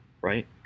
Right